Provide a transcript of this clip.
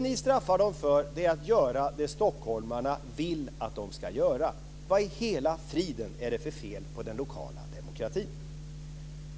Ni straffar dem för att de gör det stockholmarna vill att de ska göra. Vad i hela friden är det för fel på den lokala demokratin?